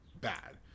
bad